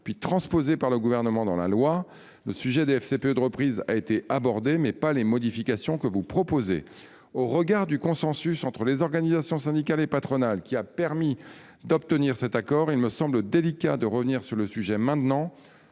puis transposé par le Gouvernement dans la loi : la question des FCPE de reprise a été abordée, mais pas les modifications que vous proposez. Au regard du consensus auquel sont parvenues les organisations syndicales et patronales, lequel a permis d’aboutir à cet accord, il me semble délicat de revenir sur ce sujet sans